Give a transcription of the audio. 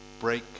break